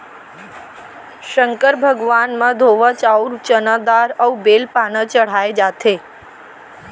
संकर भगवान म धोवा चाउंर, चना दार अउ बेल पाना चड़हाए जाथे